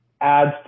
adds